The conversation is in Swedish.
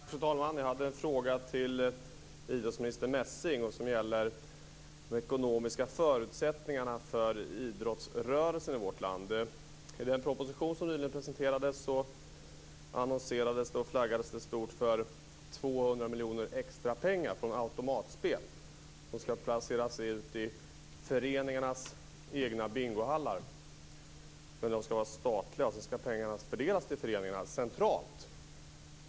Fru talman! Jag har en fråga till idrottsminister Messing som gäller de ekonomiska förutsättningarna för idrottsrörelsen i vårt land. I den proposition som nyligen presenterades annonserades det och flaggades det stort för 200 miljoner kronor extra från automatspel. Automaterna skall placeras ut i föreningarnas egna bingohallar. De skall vara statliga, och pengarna till föreningarna skall fördelas centralt.